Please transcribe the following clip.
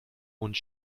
und